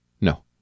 No